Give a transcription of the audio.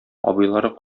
абыйлары